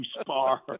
spar